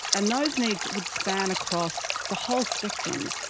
and those needs would span across the whole spectrum.